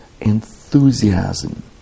enthusiasm